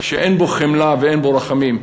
שאין בו חמלה ואין בו רחמים,